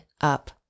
up